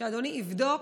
שאדוני יבדוק,